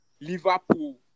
Liverpool